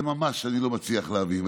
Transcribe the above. אני ממש לא מצליח להבין.